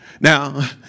Now